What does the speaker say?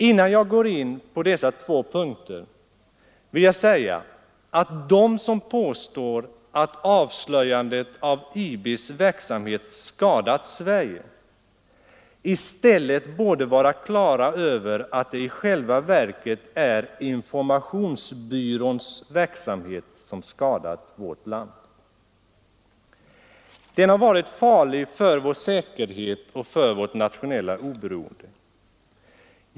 Innan jag går in på dessa två punkter, vill jag säga att de som påstår att avslöjandet av IB:s verksamhet skadat Sverige i stället borde vara klara över att det i själva verket är informationsbyråns verksamhet som skadat vårt land. Den har varit farlig för vår säkerhet och för vårt nationella oberoende.